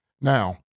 Now